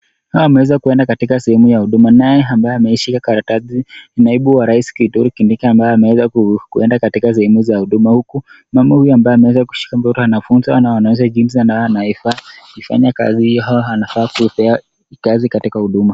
Hawa wameweza kuenda katika sehemu ya huduma naye ambaye ameishika karatasi ni naibu wa rais Kithure Kindiki ambaye ameweza kuenda katika sehemu za huduma huku mama huyo anaweza kushika mtoto anaonyesha jinsi anaifaa kufanyakazi hiyo au anafaa kupea kazi katika huduma.